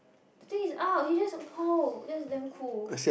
the thing is !ouch! he just !woah! that's damn cool